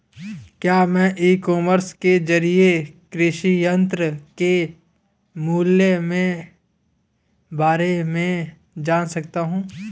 क्या मैं e commerce के ज़रिए कृषि यंत्र के मूल्य में बारे में जान सकता हूँ?